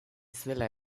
zela